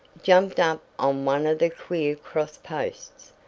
jumped up on one of the queer crossed posts,